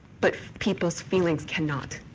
but people's feelings cannot.